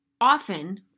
often